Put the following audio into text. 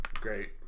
great